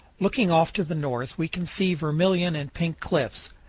looking off to the north we can see vermilion and pink cliffs,